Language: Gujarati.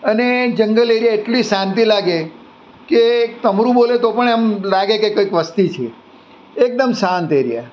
અને જંગલ એરિયા એટલી શાંતિ લાગે કે એક તમરૂં બોલે તો પણ એમ લાગે કે કંઈક વસ્તી છે એકદમ શાંત એરિયા